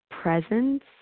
presence